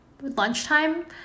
lunchtime